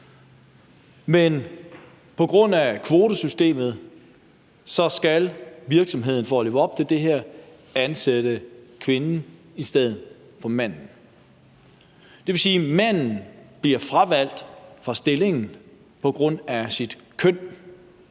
Men på grund af kvotesystemet skal virksomheden for at leve op til det her ansætte kvinden i stedet for manden. Det vil sige, at manden bliver fravalgt til stillingen på grund af sit køn.